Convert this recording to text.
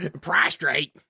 Prostrate